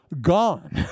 gone